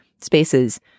spaces